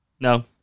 No